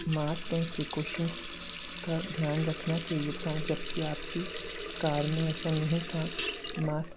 mask and precautions का ध्यान रखना चाहिए था जबकि आपकी कार में ऐसा नहीं था मास्क